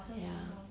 ya